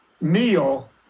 meal